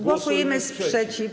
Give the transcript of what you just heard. Głosujmy sprzeciw.